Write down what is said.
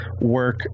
work